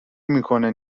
میکنه